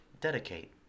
dedicate